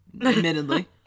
Admittedly